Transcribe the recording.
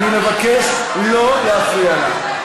ואני מבקש לא להפריע לה.